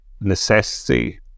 necessity